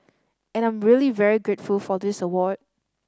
and I'm really very grateful for this award